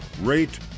rate